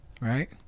right